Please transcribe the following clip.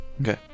Okay